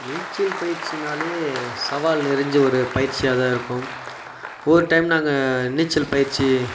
நீச்சல் பயிற்சினாலே சவால் நிறைஞ்ச ஒரு பயிற்சியாகதான் இருக்கும் ஒவ்வொரு டைம் நாங்கள் நீச்சல் பயிற்சி